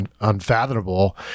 unfathomable